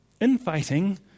Infighting